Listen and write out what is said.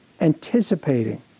anticipating